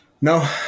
no